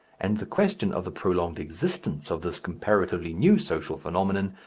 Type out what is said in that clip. and the question of the prolonged existence of this comparatively new social phenomenon,